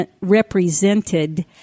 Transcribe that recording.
represented